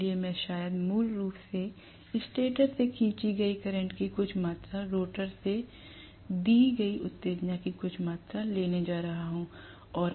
इसलिए मैं शायद मूल रूप से स्टेटर से खींची गई करंट की कुछ मात्रा रोटर से दी गई उत्तेजना की कुछ मात्रा लेने जा रहा हूं